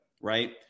right